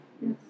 yes